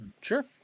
sure